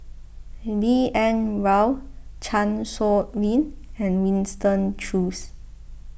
B N Rao Chan Sow Lin and Winston Choos